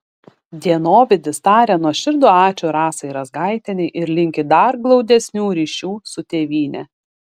dienovidis taria nuoširdų ačiū rasai razgaitienei ir linki dar glaudesnių ryšių su tėvyne